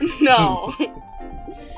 No